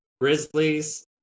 Grizzlies